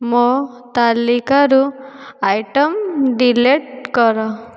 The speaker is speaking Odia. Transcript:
ମୋ ତାଲିକାରୁ ଆଇଟମ୍ ଡିଲିଟ୍ କର